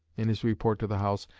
in his report to the house,